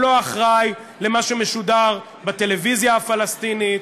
הוא לא אחראי למה שמשודר בטלוויזיה הפלסטינית.